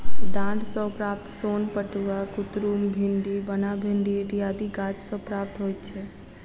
डांट सॅ प्राप्त सोन पटुआ, कुतरुम, भिंडी, बनभिंडी इत्यादि गाछ सॅ प्राप्त होइत छै